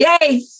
Yay